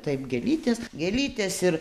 taip gėlytės gėlytės ir